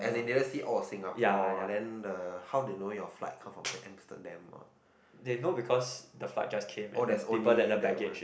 ya ya ya they know because the flight just came and then people and the baggage is